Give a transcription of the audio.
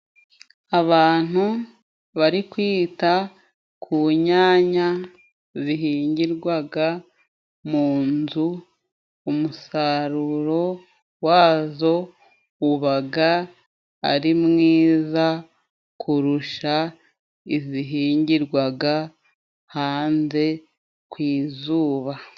Abantu bari kwita ku nyanya bihingirwaga mu nzu. Umusaruro wazo ubaga ari mwiza kurusha izihingirwaga hanze kw' izuba.